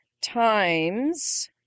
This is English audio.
Times